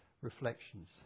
reflections